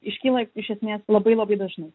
iškyla iš esmės labai labai dažnai